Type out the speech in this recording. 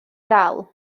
ddal